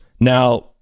Now